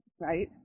right